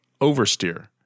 oversteer